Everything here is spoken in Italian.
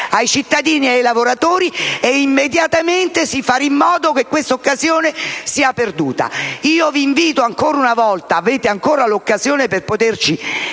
ai cittadini e ai lavoratori, e immediatamente si fa in modo che questa occasione sia perduta. Io vi invito ancora una volta; avete ancora l'occasione per poterci